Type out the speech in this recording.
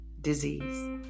disease